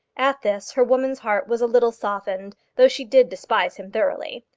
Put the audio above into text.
at this her woman's heart was a little softened, though she did despise him thoroughly.